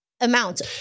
Amount